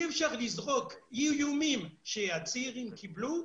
לשנות את הנוהל באופן כזה שיהיה פתרון לבעיה,